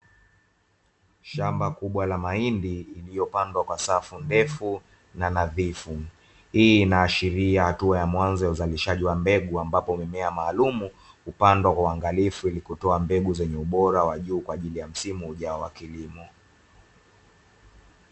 Shamba kubwa la mahindi lililo pandwa kwa safu ndefu na nadhifu, hii inaashiria hatua ya mwanzo ya uzalishaji wa mbegu ambapo mimea maalumu upandwa kwa uangalifu ili kutoa mbegu zenye ubora wa juu kwa ajili ya msimu ujao wa kilimo.